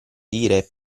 dire